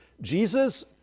Jesus